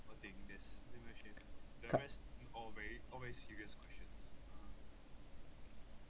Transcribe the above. cut